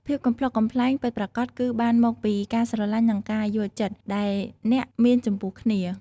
ភាពកំប្លុកកំប្លែងពិតប្រាកដគឺបានមកពីការស្រលាញ់និងការយល់ចិត្តដែលអ្នកមានចំពោះគ្នា។